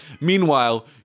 Meanwhile